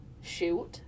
shoot